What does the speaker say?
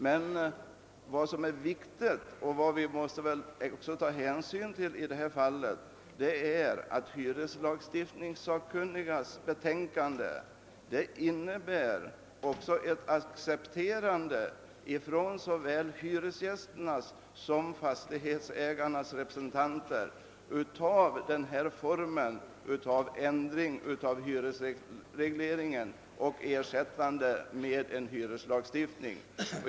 Men vad som är viktigt och vad vi väl måste ta hänsyn till i detta fall är att hyreslagstiftningssakunnigas betänkande också innebär ett accepterande ifrån såväl hyresgästernas som fastighetsägarnas representanter av denna form av ändring av hyresregleringen och dess ersättande med en hyreslagstiftning.